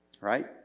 Right